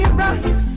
right